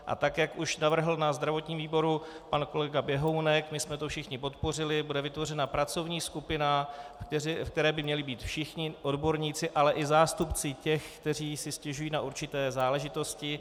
A tak jak už navrhl na zdravotním výboru pan kolega Běhounek, my jsme to všichni podpořili, bude vytvořena pracovní skupina, ve které by měli být všichni, odborníci, ale i zástupci těch, kteří si stěžují na určité záležitosti.